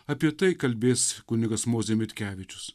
apie tai kalbės kunigas mozė mitkevičius